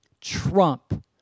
trump